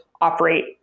operate